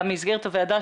במסגרת הוועדה,